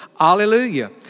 Hallelujah